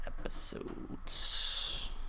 episodes